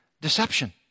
deception